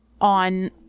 on